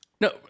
No